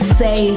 say